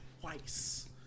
twice